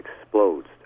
explodes